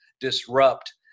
disrupt